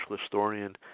historian